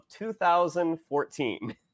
2014